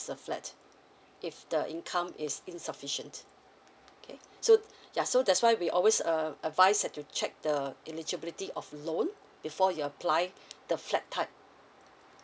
the flat if the income is insufficient okay so yeah so that's why we always um advise set to check the eligibility of loan before you apply the flat type